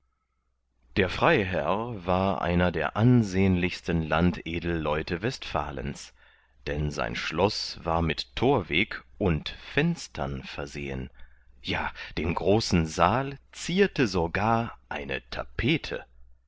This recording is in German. der freiherr war einer der ansehnlichsten landedelleute westfalens denn sein schloß war mit thorweg und fenstern versehen ja den großen saal zierte sogar eine tapete